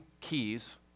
keys